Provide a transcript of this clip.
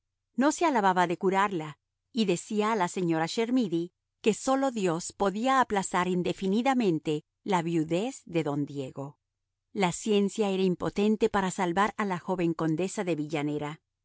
no se alababa de curarla y decía a la señora chermidy que sólo dios podía aplazar indefinidamente la viudez de don diego la ciencia era impotente para salvar a la joven condesa de villanera